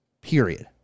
Period